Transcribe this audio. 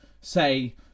say